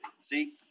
see